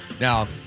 Now